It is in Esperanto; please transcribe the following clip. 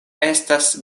estas